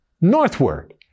northward